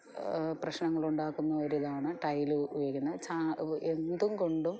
പ്രശ്നങ്ങൾ ഉണ്ടാക്കുന്ന ഒരിതാണ് ടൈൽ ഉപയോഗിക്കുന്നത് എന്തും കൊണ്ടും